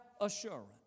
assurance